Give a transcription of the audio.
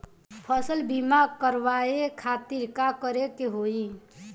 फसल बीमा करवाए खातिर का करे के होई?